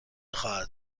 خواهد